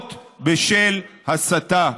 לרבות בשל הסתה.